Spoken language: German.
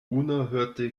unerhörte